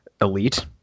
elite